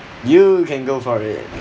you can go for it